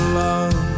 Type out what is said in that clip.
love